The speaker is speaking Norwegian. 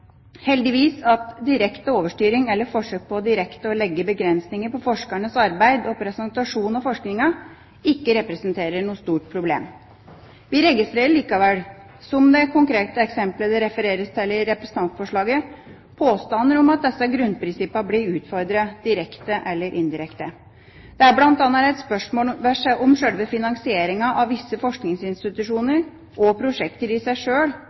heldigvis, at direkte overstyring eller forsøk på direkte å legge begrensninger på forskernes arbeid og presentasjon av forskninga ikke representerer noe stort problem. Vi registrerer likevel, som det konkrete eksempelet det refereres til i representantforslaget, påstander om at disse grunnprinsippene blir utfordret, direkte eller indirekte. Det er bl.a. reist spørsmål om sjølve finansieringa av visse forskningsinstitusjoner og prosjekter i seg sjøl